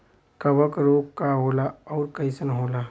कवक रोग का होला अउर कईसन होला?